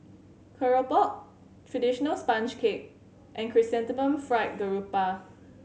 Keropok traditional sponge cake and Chrysanthemum Fried Garoupa